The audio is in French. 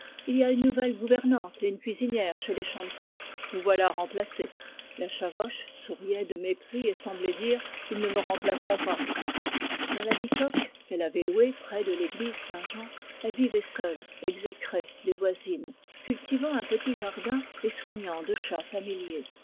il y a une nouvelle gouvernante et une cuisinière chez les chanteprie vous voilà remplacée la chavoche souriait de mépris et semblait dire ils ne me remplaceront pas dans la bicoque qu'elle avait louée près de l'église saint-jean elle vivait seule cultivant un petit jardin et soignant deux chats familiers